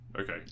Okay